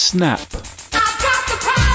Snap